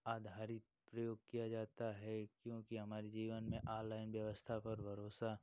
आधारित प्रयोग किया जाता है क्योंकि हमारे जीवन में ऑललाइन व्यवस्था पर भरोसा